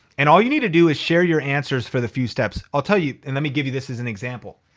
and all you need to do is share your answers for the few steps. i'll tell you, and let me give you this as an example.